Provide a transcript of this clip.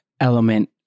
element